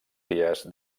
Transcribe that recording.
dies